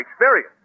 experience